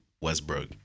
Westbrook